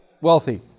wealthy